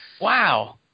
Wow